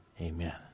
amen